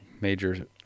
Major